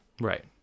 Right